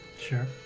Sure